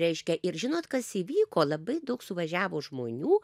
reiškia ir žinot kas įvyko labai daug suvažiavo žmonių